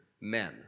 men